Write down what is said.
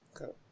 Okay